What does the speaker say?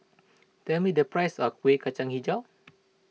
tell me the price of Kuih Kacang HiJau